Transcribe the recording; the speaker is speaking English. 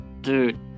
Dude